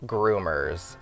Groomers